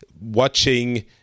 watching